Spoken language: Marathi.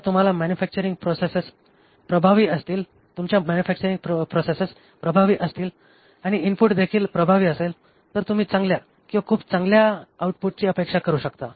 जर तुमच्या मॅन्युफॅक्चरिंग प्रोसेसेस प्रभावी असतील आणि इनपुटदेखील प्रभावी असेल तर तुम्ही चांगल्या किंवा खूप चांगल्य्या आउटपुटची अपेक्षा करू शकता